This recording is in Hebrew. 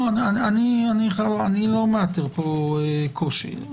אני לא רואה פה קושי.